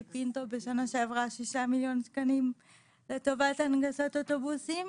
פינטו 6 מיליון שקלים לטובת הנגשת אוטובוסים.